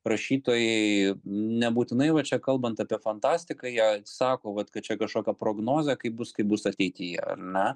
rašytojai nebūtinai va čia kalbant apie fantastiką jie sako vat kad čia kažkokia prognozė kaip bus kaip bus ateityje na